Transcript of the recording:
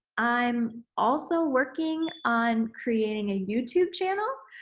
i'm also working on creating a youtube channel